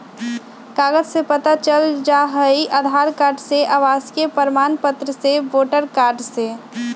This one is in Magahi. कागज से पता चल जाहई, आधार कार्ड से, आवासीय प्रमाण पत्र से, वोटर कार्ड से?